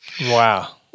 Wow